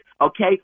okay